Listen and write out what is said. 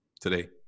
today